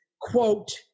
quote